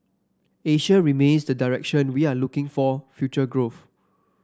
Asia remains the direction we are looking for future growth